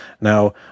Now